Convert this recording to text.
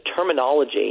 terminology